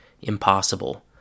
Impossible